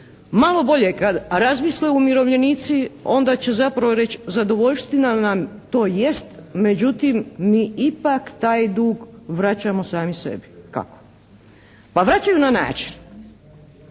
malo bolje kad razmisle umirovljenici onda će zapravo reći, zadovoljština nam to jest, međutim mi ipak taj dug vraćamo sami sebi. Kako? Pa vraćaju na način